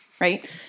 right